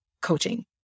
coaching